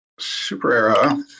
Superera